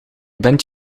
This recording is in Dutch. bent